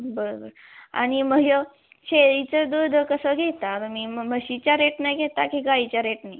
बरं बरं आणि मह्य शेळीचं दूध कसं घेता तुम्ही मग म्हशीच्या रेटनं घेता की गाईच्या रेटने